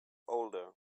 older